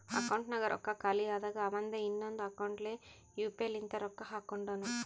ಅಕೌಂಟ್ನಾಗ್ ರೊಕ್ಕಾ ಖಾಲಿ ಆದಾಗ ಅವಂದೆ ಇನ್ನೊಂದು ಅಕೌಂಟ್ಲೆ ಯು ಪಿ ಐ ಲಿಂತ ರೊಕ್ಕಾ ಹಾಕೊಂಡುನು